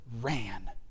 ran